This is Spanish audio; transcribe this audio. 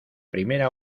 primera